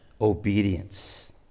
Obedience